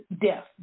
death